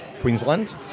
Queensland